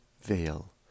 veil